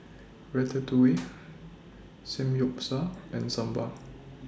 Ratatouille Samgyeopsal and Sambar